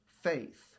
faith